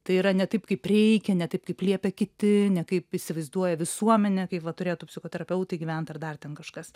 tai yra ne taip kaip reikia ne taip kaip liepia kiti ne kaip įsivaizduoja visuomenė kaip vat turėtų psichoterapeutai gyvent ar dar ten kažkas